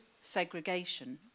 segregation